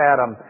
Adam